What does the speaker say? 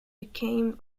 became